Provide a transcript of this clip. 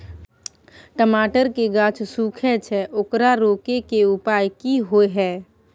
टमाटर के गाछ सूखे छै ओकरा रोके के उपाय कि होय है?